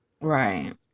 Right